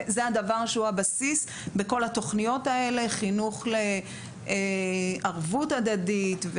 זה הדבר שהוא הבסיס בכל התוכניות האלה: חינוך לערבות הדדית,